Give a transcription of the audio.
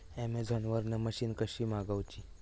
Amazon वरन machine कशी मागवची?